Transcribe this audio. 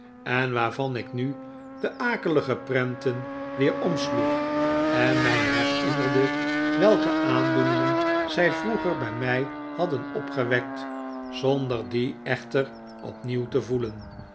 en waarvan ik nu de akelige prenten weer omsloeg en mij herinnerde welke aandoeningen zij vroeger bij mij hadden opgewekt zonder die echter opnieuw te voelen